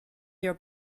your